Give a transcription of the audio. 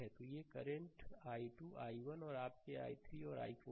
तो ये current i2 i1 और आपके i3 और i4 हैं